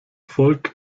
volk